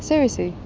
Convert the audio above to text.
seriously?